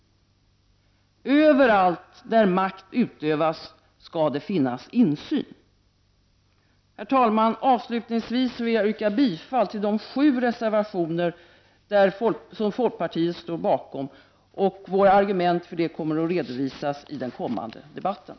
Överallt där makt utövas skall det finnas insyn. Herr talman! Avslutningsvis vill jag yrka bifall till de sju reservationer som folkpartiet står bakom. Våra argument kommer att redovisas i den följande debatten.